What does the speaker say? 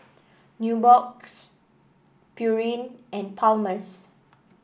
Nubox Pureen and Palmer's